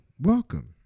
welcome